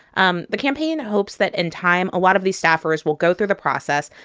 um the campaign hopes that, in time, a lot of these staffers will go through the process.